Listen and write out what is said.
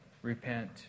Repent